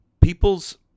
peoples